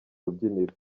rubyiniro